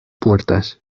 puertas